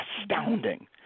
astounding